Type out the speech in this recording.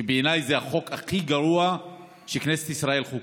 שבעיניי הוא החוק הכי גרוע שכנסת ישראל חוקקה.